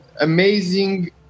amazing